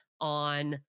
on